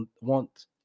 want